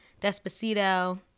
Despacito